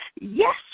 Yes